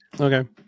okay